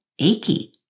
achy